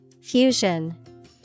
Fusion